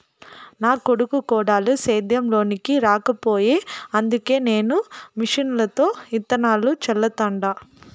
నా కొడుకు కోడలు సేద్యం లోనికి రాకపాయె అందుకే నేను మిషన్లతో ఇత్తనాలు చల్లతండ